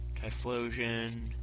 Typhlosion